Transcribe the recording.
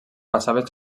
passaven